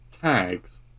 tags